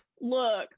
look